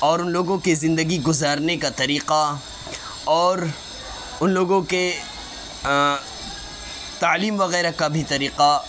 اور ان لوگوں کی زندگی گزارنے کا طریقہ اور ان لوگوں کے تعلیم وغیرہ کا بھی طریقہ